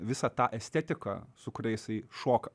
visą tą estetiką su kuria jisai šoka